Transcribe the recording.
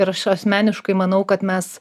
ir aš asmeniškai manau kad mes